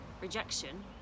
rejection